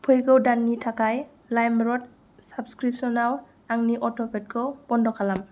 फैगौ दाननि थाखाय लाइमरड साब्सक्रिपसनाव आंनि अटपेखौ बन्द खालाम